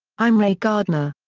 i'm ray gardner.